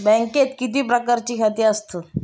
बँकेत किती प्रकारची खाती आसतात?